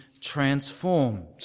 transformed